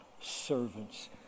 servants